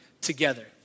together